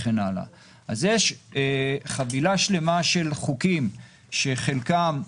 יש חבילה שלמה של חוקים שחלקם,